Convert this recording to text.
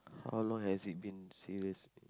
how long has it been serious